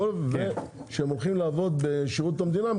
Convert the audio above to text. כשהם הולכים לעבוד בשירות המדינה,